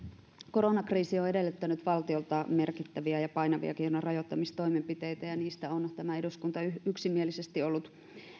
koronakriisi on edellyttänyt valtiolta merkittäviä ja painaviakin rajoittamistoimenpiteitä ja niistä on tämä eduskunta yksimielisesti ollut